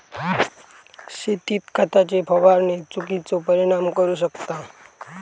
शेतीत खताची फवारणी चुकिचो परिणाम करू शकता